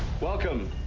Welcome